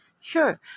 Sure